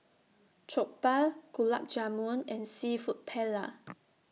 Jokbal Gulab Jamun and Seafood Paella